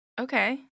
Okay